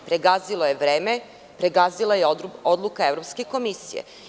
Pregazilo je vreme, pregazila je odluka Evropske komisije.